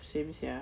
same sia